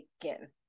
again